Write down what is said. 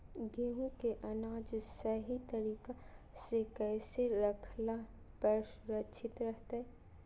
गेहूं के अनाज सही तरीका से कैसे रखला पर सुरक्षित रहतय?